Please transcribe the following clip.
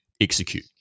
execute